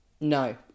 No